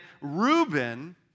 Reuben